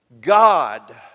God